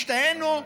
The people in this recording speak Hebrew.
השתהינו,